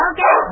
Okay